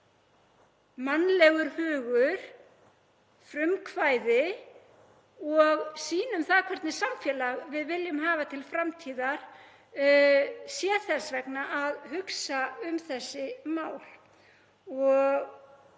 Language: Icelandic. mannlegur hugur, frumkvæði okkar og sýn um það hvernig samfélag við viljum hafa til framtíðar sé þess vegna að hugsa um þessi mál.